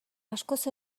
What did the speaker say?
askoz